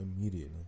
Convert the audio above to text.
immediately